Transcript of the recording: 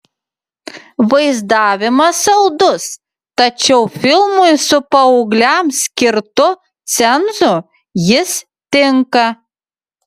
vaizdavimas saldus tačiau filmui su paaugliams skirtu cenzu jis tinka